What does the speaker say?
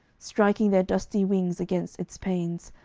striking their dusty wings against its panes,